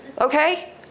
okay